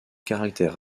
caractère